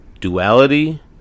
Duality